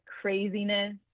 craziness